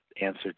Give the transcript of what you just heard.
answer